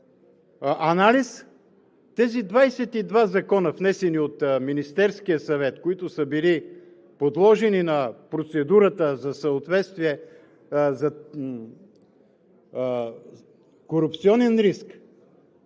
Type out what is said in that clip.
анализ. Тези 22 закона, внесени от Министерския съвет, които са били подложени на процедурата за съответствие, за корупционен риск